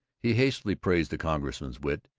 he hastily praised the congressman's wit,